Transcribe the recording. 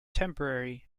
temporary